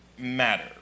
Matter